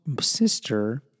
sister